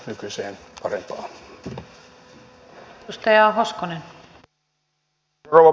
arvoisa rouva puhemies